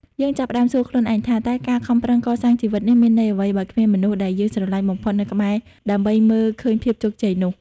យើងចាប់ផ្តើមសួរខ្លួនឯងថា តើការខំប្រឹងកសាងជីវិតនេះមានន័យអ្វី បើគ្មានមនុស្សដែលយើងស្រឡាញ់បំផុតនៅក្បែរដើម្បីមើលឃើញភាពជោគជ័យនោះ?